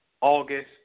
August